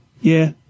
Yeah